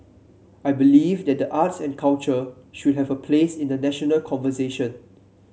I believe that the arts and culture should have a place in the national conversation